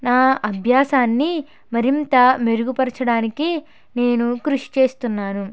నా అభ్యాసాన్ని మరింత మెరుగుపరచడానికి నేను కృషి చేస్తున్నాను